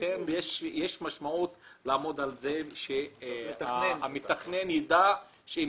לכן יש משמעות לעמוד על כך שהמתכנן יידע שאם